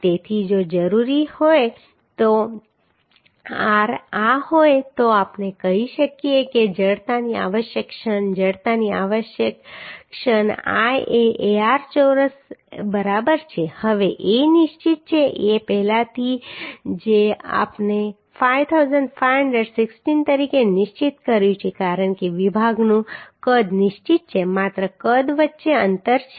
તેથી જો જરૂરી હોય તો r આ હોય તો આપણે કહી શકીએ કે જડતાની આવશ્યક ક્ષણ જડતાની આવશ્યક ક્ષણ I એ Ar ચોરસ બરાબર છે હવે A નિશ્ચિત છે A પહેલાથી જ આપણે 5516 તરીકે નિશ્ચિત કર્યું છે કારણ કે વિભાગનું કદ નિશ્ચિત છે માત્ર કદ વચ્ચેનું અંતર છે